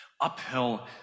uphill